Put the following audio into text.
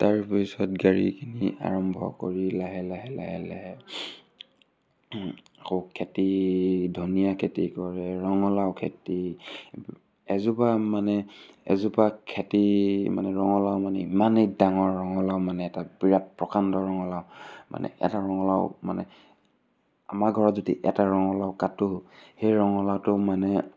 তাৰপিছত গাড়ীখিনি আৰম্ভ কৰি লাহে লাহে লাহে লাহে আকৌ খেতি ধনীয়া খেতি কৰে ৰঙালাও খেতি এজোপা মানে এজোপা খেতি মানে ৰঙালাও মানে ইমানেই ডাঙৰ ৰঙালাও মানে এটা বিৰাট প্ৰকাণ্ড ৰঙালাও মানে এটা ৰঙালাও মানে আমাৰ ঘৰত যদি এটা ৰঙালাও কাটোঁ সেই ৰঙালাওটো মানে